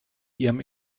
ihrem